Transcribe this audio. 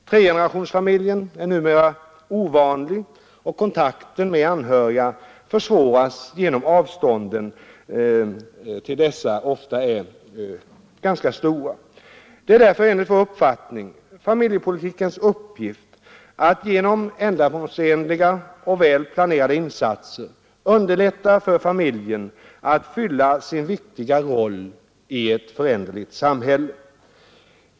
Tregenerationersfamiljen är numera ovanlig, och kontakten med anhöriga försvåras genom att avstånden till dessa ofta är så stora. Det är därför enligt vår uppfattning familjepolitikens uppgift att genom ändamålsenliga och väl planerade insatser underlätta för familjen att fylla sin viktiga roll i ett föränderligt samhälle.